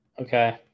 Okay